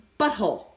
butthole